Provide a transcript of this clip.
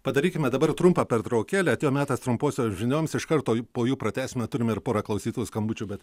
padarykime dabar trumpą pertraukėlę atėjo metas trumposiom žinioms iš karto po jų pratęsime turime ir pora klausytojų skambučių bet